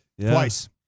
Twice